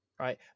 right